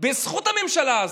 בזכות הממשלה הזאת.